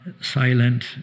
silent